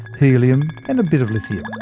helium and a bit of lithium.